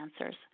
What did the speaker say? answers